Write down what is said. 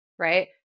right